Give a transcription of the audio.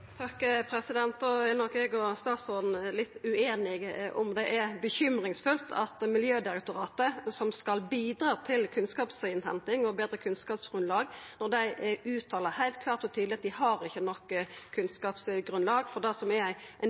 nok eg og statsråden litt ueinige om det er urovekkjande at Miljødirektoratet, som skal bidra til kunnskapshenting og betre kunnskapsgrunnlag, heilt klart og tydeleg seier at dei ikkje har nok kunnskapsgrunnlag for det som er ei viktig vurdering når ein